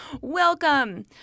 Welcome